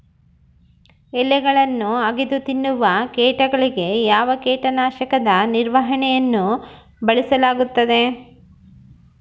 ಎಲೆಗಳನ್ನು ಅಗಿದು ತಿನ್ನುವ ಕೇಟಗಳಿಗೆ ಯಾವ ಕೇಟನಾಶಕದ ನಿರ್ವಹಣೆಯನ್ನು ಬಳಸಲಾಗುತ್ತದೆ?